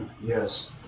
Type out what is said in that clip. yes